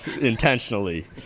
intentionally